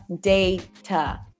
data